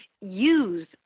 use